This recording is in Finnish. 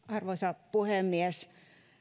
arvoisa puhemies